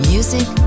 Music